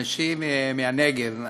אנשים מהנגב,